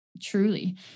truly